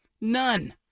None